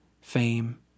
fame